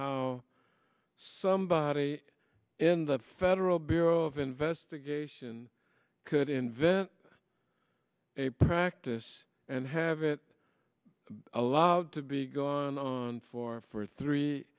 how somebody in the federal bureau of investigation could invent a practice and have it allowed to be gone for for three